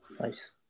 Nice